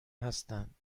هستند